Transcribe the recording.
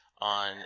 on